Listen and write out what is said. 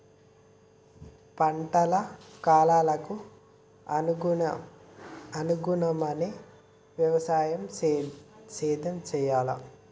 పంటల కాలాలకు అనుగుణంగానే వ్యవసాయ సేద్యం చెయ్యాలా?